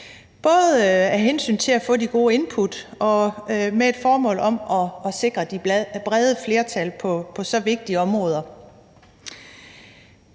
både af hensyn til at få de gode input og med et formål om at sikre de brede flertal på så vigtige områder.